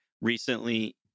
recently